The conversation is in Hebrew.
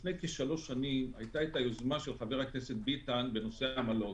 לפני כשלוש שנים הייתה את היוזמה של חבר הכנסת ביטן בנושא העמלות.